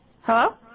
Hello